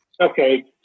Okay